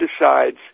decides